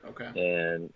Okay